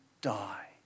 die